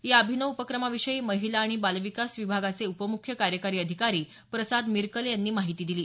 या अभिनव उपक्रमाविषयी महिला आणि बालविकास विभागाचे उपमुख्य कार्यकारी अधिकारी प्रसाद मिरकले यांनी माहिती दिली